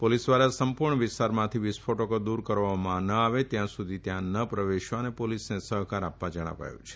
police દ્વારા સંપુર્ણ વિસ્તારમાંથી વિસ્ફોટકો દુર કરવામાં ન આવે ત્યાં સુધી ત્યાં ન પ્રવેશવા અને પોલીસને સહકાર આપવા જણાવાયું છે